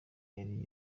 yari